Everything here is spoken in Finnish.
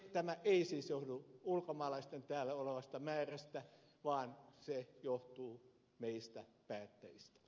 tämä ei siis johdu ulkomaalaisten täällä olosta määrästä vaan se johtuu meistä päättäjistä